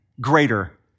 greater